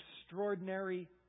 extraordinary